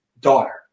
daughter